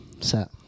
set